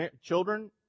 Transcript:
children